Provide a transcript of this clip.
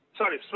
sorry